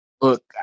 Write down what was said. Look